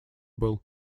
был